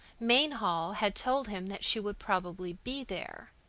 mainhall had told him that she would probably be there.